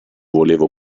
volevo